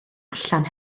allan